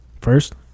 First